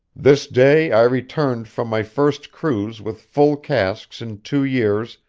this day i returned from my first cruise with full casks in two years,